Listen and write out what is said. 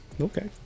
Okay